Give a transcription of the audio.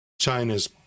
China's